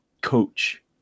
coach